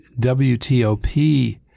WTOP